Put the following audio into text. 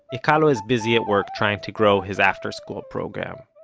yikealo is busy at work trying to grow his after school program.